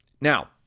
Now